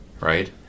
right